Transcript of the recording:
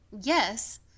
Yes